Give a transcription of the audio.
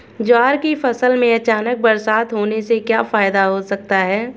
ज्वार की फसल में अचानक बरसात होने से क्या फायदा हो सकता है?